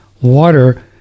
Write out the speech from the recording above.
water